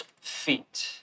feet